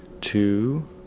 two